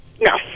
No